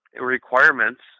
requirements